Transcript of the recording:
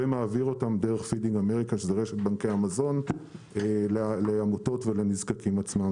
ומעביר אותם דרך רשת בנקאי המזון לעמותות ולנזקקים עצמם.